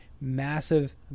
massive